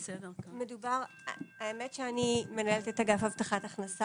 אני מנהלת את אגף הבטחת הכנסה,